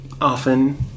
often